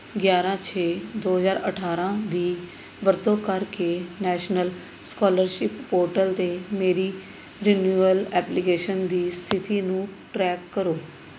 ਗਿਆਰਾਂ ਛੇ ਦੋ ਹਜ਼ਾਰ ਅਠਾਰ੍ਹਾਂ ਦੀ ਵਰਤੋਂ ਕਰਕੇ ਨੈਸ਼ਨਲ ਸਕੋਲਰਸ਼ਿਪ ਪੋਰਟਲ 'ਤੇ ਮੇਰੀ ਰੀਨਿਊਵਲ ਐਪਲੀਕੇਸ਼ਨ ਦੀ ਸਥਿਤੀ ਨੂੰ ਟਰੈਕ ਕਰੋ